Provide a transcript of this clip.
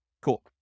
Cool